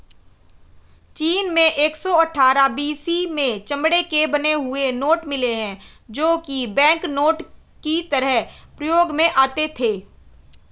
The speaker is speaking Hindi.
चीन में एक सौ अठ्ठारह बी.सी में चमड़े के बने हुए नोट मिले है जो की बैंकनोट की तरह प्रयोग में आते थे